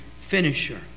finisher